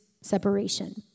separation